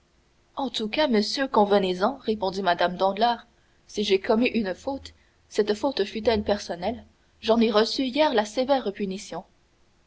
en tout cas monsieur convenez-en répondit mme danglars si j'ai commis une faute cette faute fût-elle personnelle j'en ai reçu hier la sévère punition